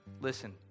Listen